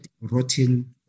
rotten